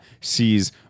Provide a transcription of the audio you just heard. sees